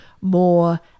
more